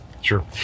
Sure